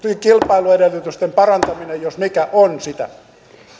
kilpailuedellytysten parantaminen jos mikä on sitä